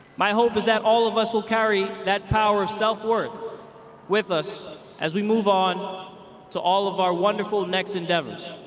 my hope is that all of us will carry that power of self-worth with us as we move on to all of our wonderful next endeavors.